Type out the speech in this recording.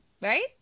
Right